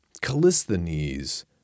Callisthenes